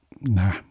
Nah